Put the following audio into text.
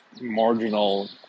marginal